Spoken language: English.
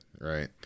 Right